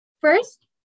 First